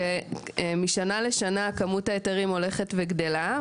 כשמשנה לשנה כמות ההיתרים הולכת וגדלה,